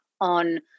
on